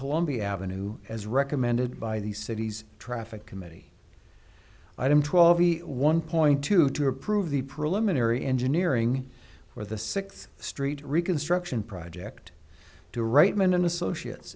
columbia avenue as recommended by the city's traffic committee item twelve one point two to approve the preliminary engineering for the sixth street reconstruction project to reitman and associates